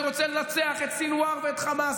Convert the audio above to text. אני רוצה לנצח את סנוואר ואת חמאס,